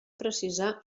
precisar